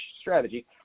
strategy